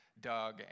Doug